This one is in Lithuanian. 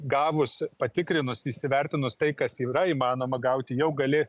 gavus patikrinus įsivertinus tai kas yra įmanoma gauti jau gali